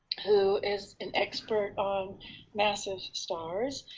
who is an expert on massive stars,